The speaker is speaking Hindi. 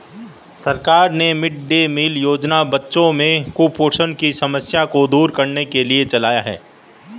सरकार ने मिड डे मील योजना बच्चों में कुपोषण की समस्या को दूर करने के लिए चलाया है